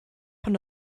pan